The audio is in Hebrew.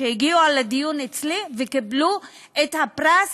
שהגיעו לדיון אצלי וקיבלו את הפרס